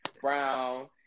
Brown